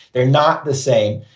they're not the same.